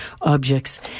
Objects